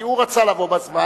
כי הוא רצה לבוא בזמן.